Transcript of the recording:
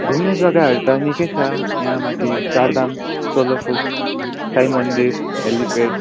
घुम्ने जग्गाहरू त निकै छ यहाँ माथि चारधाम सोलोफोक साई मन्दिर हेलिपेड